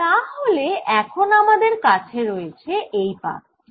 তাহলে এখন আমাদের কাছে রয়েছে এই পাত টি